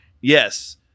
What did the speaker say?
Yes